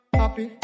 happy